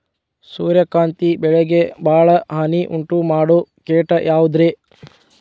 ಸೂರ್ಯಕಾಂತಿ ಬೆಳೆಗೆ ಭಾಳ ಹಾನಿ ಉಂಟು ಮಾಡೋ ಕೇಟ ಯಾವುದ್ರೇ?